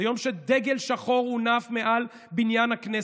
זה יום שדגל שחור הונף מעל בניין הכנסת,